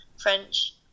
French